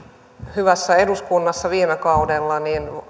hyvässä eduskunnassa viime kaudella